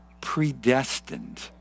predestined